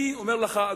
אני אומר לך,